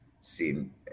seen